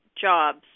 jobs